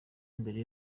mbere